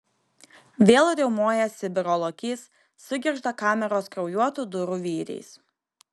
vėl riaumoja sibiro lokys sugirgžda kameros kraujuotų durų vyriais